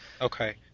Okay